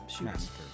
Massacre